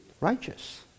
righteous